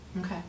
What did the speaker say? Okay